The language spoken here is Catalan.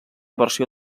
versió